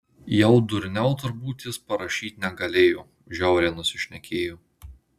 jau durniau turbūt jis parašyt negalėjo žiauriai nusišnekėjo